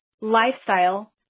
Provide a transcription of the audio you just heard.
lifestyle